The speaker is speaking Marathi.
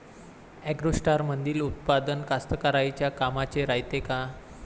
ॲग्रोस्टारमंदील उत्पादन कास्तकाराइच्या कामाचे रायते का?